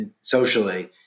socially